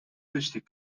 richtig